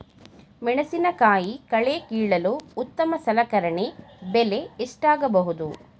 ಮೆಣಸಿನಕಾಯಿ ಕಳೆ ಕೀಳಲು ಉತ್ತಮ ಸಲಕರಣೆ ಬೆಲೆ ಎಷ್ಟಾಗಬಹುದು?